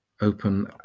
Open